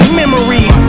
memory